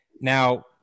Now